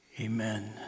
amen